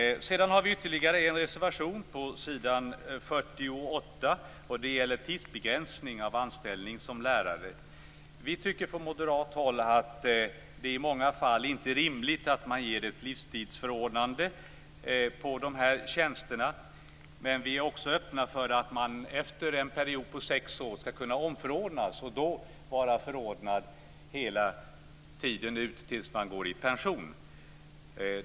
Vi har ytterligare en reservation som gäller tidsbegränsning av anställning som lärare. Det är reservation 8. Vi tycker från moderat håll att det i många fall inte är rimligt att man ger ett livstidsförordnande på dessa tjänster. Men vi är också öppna för att lärarna efter en period på sex år skall kunna omförordnas och då vara förordnade tills de går i pension.